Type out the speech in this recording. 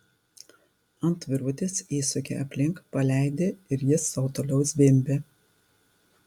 ant virvutės įsuki aplink paleidi ir jis sau toliau zvimbia